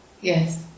yes